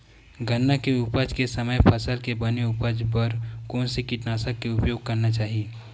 गन्ना के उपज के समय फसल के बने उपज बर कोन से कीटनाशक के उपयोग करना चाहि?